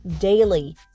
daily